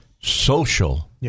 social